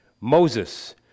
Moses